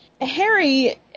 Harry